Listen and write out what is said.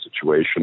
situation